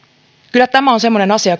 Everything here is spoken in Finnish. kyllä tämä on semmoinen asia